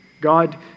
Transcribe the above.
God